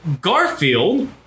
Garfield